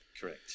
correct